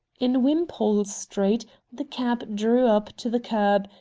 in wimpole street the cab drew up to the curb,